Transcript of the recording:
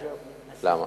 למה?